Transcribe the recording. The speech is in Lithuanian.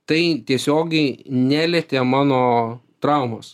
tai tiesiogiai nelietė mano traumos